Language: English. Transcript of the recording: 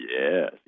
Yes